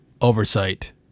oversight